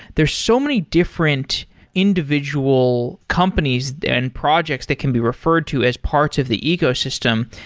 there're so many different individual companies and projects that can be referred to as part of the ecosystem.